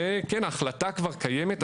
זה כן, ההחלטה כבר קיימת.